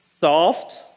soft